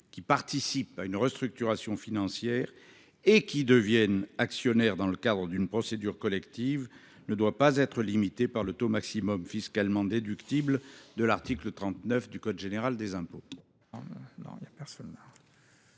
qui participent à une restructuration financière et qui deviennent actionnaires dans le cadre d’une procédure collective par le taux maximum fiscalement déductible du 3° du 1 de l’article 39 du code général des impôts.